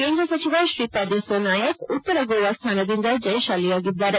ಕೇಂದ್ರ ಸಚಿವ ಶ್ರೀಪಾದ್ ಯಸೋನಾಯಕ್ ಉತ್ತರ ಗೋವಾ ಸ್ಥಾನದಿಂದ ಜಯಶಾಲಿಯಾಗಿದ್ದಾರೆ